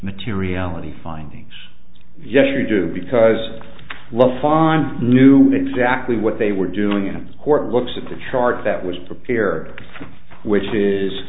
materiality findings yes or do because i love find knew exactly what they were doing and the court looks at the chart that was prepared which is